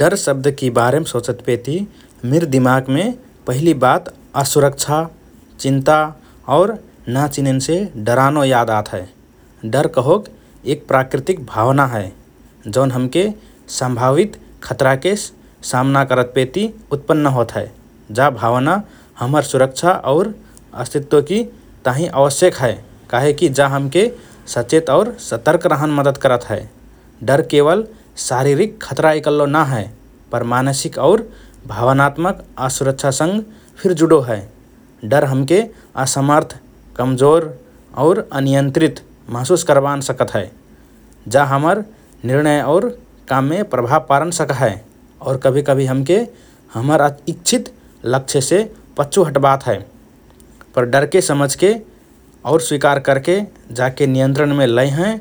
“डर” शब्दकि बारेम सोचतपेति मिर दिमागमे पहिली बात असुरक्षा, चिन्ता और ना चिनेन्से डरानो याद आत हए । डर कहोक एक प्राकृतिक भावना हए जौन हमके सम्भावित खतराके सामना करत पेति उत्पन्न होत हए । जा भावना हमर सुरक्षा और अस्तित्वकि ताहिँ आवश्यक हए काहेकि जा हमके सचेत और सतर्क रहन मद्दत करत हए । डर केवल शारीरिक खतरा इकल्लो ना हए पर मानसिक और भावनात्मक असुरक्षासँग फिर जुडो हए । डर हमके असमर्थ, कमजोर और अनियन्त्रित महसुस करबान सकत हए । जा हमर निर्णय और काममे प्रभाव पारन सक्हए और कभिकभि हमके हमर इच्छित लक्ष्यसे पच्छु हट्बात हए । पर डरके समझके और स्वीकार करके, जाके नियन्त्रणमे लाएहएँ